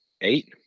eight